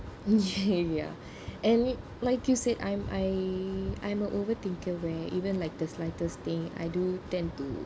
ya I mean like you said I'm I I'm a overthinking where even like the slightest thing I do tend to